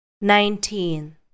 Nineteen